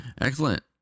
Excellent